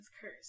curse